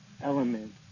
element